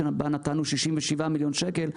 שבה נתנו 67 מיליון שקל,